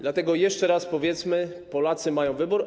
Dlatego jeszcze raz powiedzmy: Polacy mają wybór.